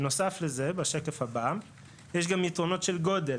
בנוסף לזה, יש גם יתרונות של גודל.